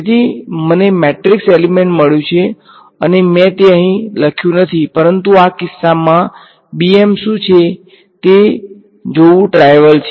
તેથી મને matrix element મળ્યું છે અને મેં તે અહીં લખ્યું નથી પરંતુ આ કિસ્સામાં bm શું છે તે જોવું ટ્રાઈવલ છે